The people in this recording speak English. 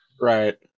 Right